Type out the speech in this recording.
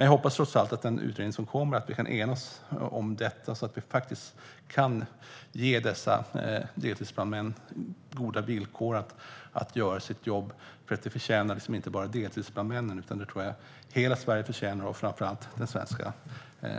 Jag hoppas trots allt att vi kan enas om den utredning som kommer så att vi kan ge deltidsbrandmännen goda villkor att kunna göra sitt jobb. Detta förtjänar inte bara deltidsbrandmännen, utan det förtjänar hela Sverige och framför allt den svenska